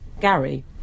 Gary